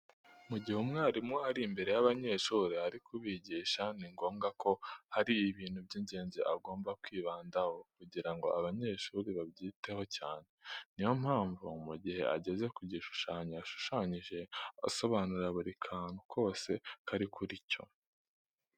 Mu gihe umwarimu ari imbere y'abanyeshuri ari kubigisha ni ngombwa ko hari ibintu by'ingenzi agomba kwibandaho kugira ngo abanyeshuri babyiteho cyane. Niyo mpamvu mu gihe ageze ku gishushanyo yashushanyije asobanura buri kantu kose kari kuri cyo.